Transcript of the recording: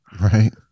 right